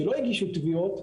שלא הגישו תביעות,